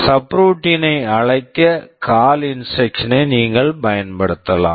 subroutine subroutine ஐ அழைக்க call CALL instruction instruction ஐ நீங்கள் பயன்படுத்தலாம்